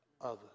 others